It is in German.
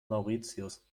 mauritius